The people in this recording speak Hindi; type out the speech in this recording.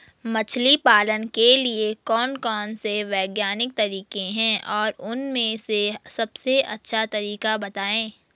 मछली पालन के लिए कौन कौन से वैज्ञानिक तरीके हैं और उन में से सबसे अच्छा तरीका बतायें?